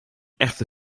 echte